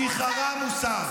שיחרה מוסר.